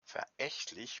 verächtlich